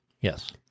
Yes